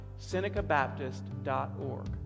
SenecaBaptist.org